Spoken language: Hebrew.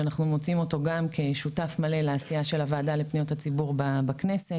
שאנחנו מוצאים אותו גם כשותף מלא לעשייה של הוועדה לפניות הציבור בכנסת.